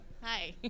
hi